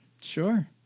Sure